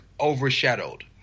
overshadowed